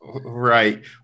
Right